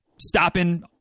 stopping